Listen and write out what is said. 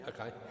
Okay